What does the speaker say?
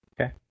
Okay